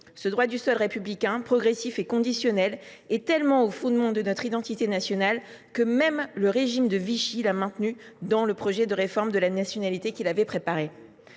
Le droit du sol républicain, progressif et conditionnel, est tellement au fondement de notre identité nationale que même le régime de Vichy l’a maintenu dans le projet de réforme de la nationalité qu’il avait préparé.